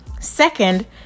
Second